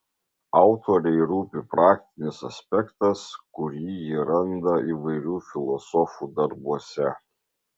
autorei rūpi praktinis aspektas kurį ji randa įvairių filosofų darbuose